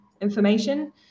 information